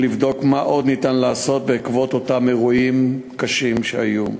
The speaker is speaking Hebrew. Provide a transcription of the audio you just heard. לבדוק מה עוד אפשר לעשות בעקבות האירועים הקשים שהיו.